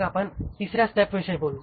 मग आपण तिसऱ्या स्टेपविषयी बोलू